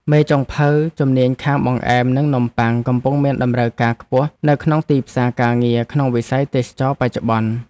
មេចុងភៅជំនាញខាងបង្អែមនិងនំបុ័ងកំពុងមានតម្រូវការខ្ពស់នៅក្នុងទីផ្សារការងារក្នុងវិស័យទេសចរណ៍បច្ចុប្បន្ន។